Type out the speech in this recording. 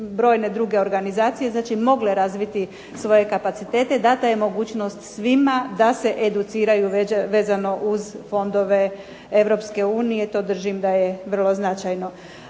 brojne druge organizacije znači mogle razviti svoje kapacitete i data je mogućnost svima da se educiraju vezano uz fondove Europske unije. To držim da je vrlo značajno.